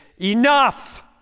enough